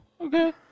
okay